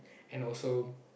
and also